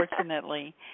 unfortunately